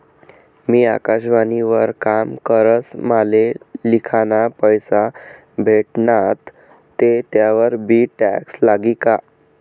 मी आकाशवाणी वर काम करस माले लिखाना पैसा भेटनात ते त्यावर बी टॅक्स लागी का?